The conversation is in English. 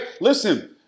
Listen